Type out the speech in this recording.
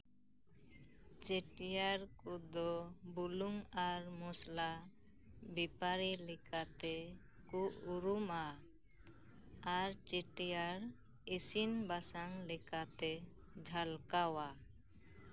ᱪᱮᱴᱤᱭᱟᱨ ᱠᱚᱫᱚ ᱵᱩᱞᱩᱝ ᱟᱨ ᱢᱚᱥᱞᱟ ᱵᱮᱯᱟᱨᱤ ᱞᱮᱠᱟᱛᱮ ᱠᱚ ᱩᱨᱩᱢᱼᱟ ᱟᱨ ᱪᱮᱴᱤᱭᱟᱨ ᱤᱥᱤᱱ ᱵᱟᱥᱟᱝ ᱞᱮᱠᱟᱛᱮ ᱡᱷᱟᱞᱠᱟᱣᱼᱟ